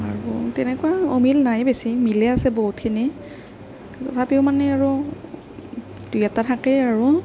আৰু তেনেকুৱা অমিল নাই বেছি মিলেই আছে বহুতখিনি তথাপিও মানে আৰু দুই এটা থাকেই আৰু